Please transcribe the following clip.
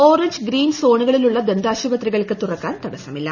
orange green സോണുകളിലുള്ള ദന്താശുപത്രികൾക്ക് തുറക്കാൻ തടസ്സമില്ല